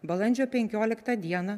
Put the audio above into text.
balandžio penkioliktą dieną